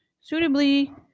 suitably